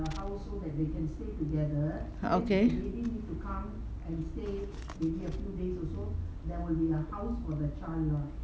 okay